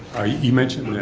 you mentioned that